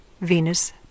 Venus